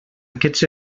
aquests